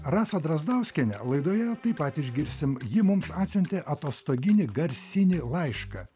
rasą drazdauskienę laidoje taip pat išgirsim ji mums atsiuntė atostoginį garsinį laišką